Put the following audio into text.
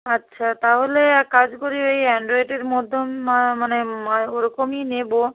আচ্ছা তাহলে এক কাজ করি ওই অ্যানড্রয়েডের মতোন মানে মা ওরকমই নেবো